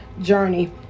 journey